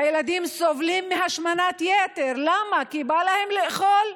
הילדים סובלים מהשמנת יתר, למה, כי בא להם לאכול?